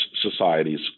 societies